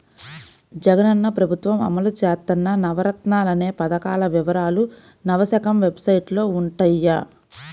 జగనన్న ప్రభుత్వం అమలు చేత్తన్న నవరత్నాలనే పథకాల వివరాలు నవశకం వెబ్సైట్లో వుంటయ్యి